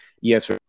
yes